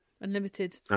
Unlimited